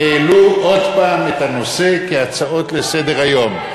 הם העלו עוד הפעם את הנושא כהצעות לסדר-היום.